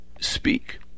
speak